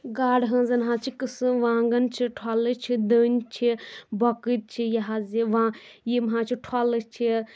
گاڈٕ ہٲنٛزَن حظ چھِ قٕسٕم وانٛگَن چھِ ٹھۄلہٕ چھِ دٔنۍ چھِ بۄکٕتۍ چھِ یہِ حظ یہِ یِم حظ چھِ ٹھۄلہٕ چھِ